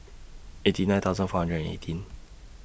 eighty nine thousand four hundred and eighteen